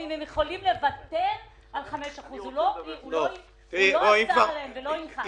אם הם יכולים לוותר על 5%. הוא לא אסר עליהם ולא הנחה.